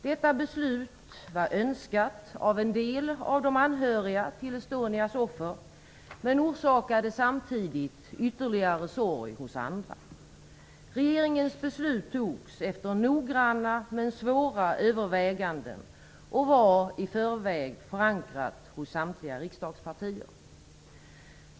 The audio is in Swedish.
Detta beslut var önskat av en del av de anhöriga till Estonias offer men orsakade samtidigt ytterligare sorg hos andra. Regeringens beslut fattades efter noggranna men svåra överväganden och var i förväg förankrat hos samtliga riksdagspartier.